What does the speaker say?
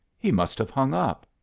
he must have hung up.